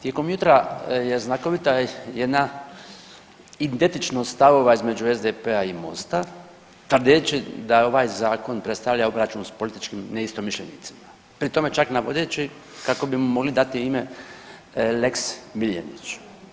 Tijekom jutra je znakovita jedna identičnost stavova između SDP-a i Mosta tvrdeći da je ovaj zakon predstavlja obračun s političkim neistomišljenicima, pri tom čak navodeći kako bimo mogli dati ime lex Miljenić.